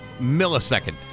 millisecond